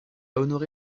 honoré